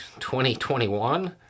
2021